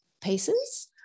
pieces